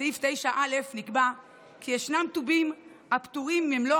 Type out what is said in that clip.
בסעיף 9א(א) נקבע כי ישנם טובין הפטורים ממלוא